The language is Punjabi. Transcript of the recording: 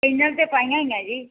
ਇਹਨਾਂ 'ਤੇ ਪਾਈਆਂ ਹੋਈਆਂ ਜੀ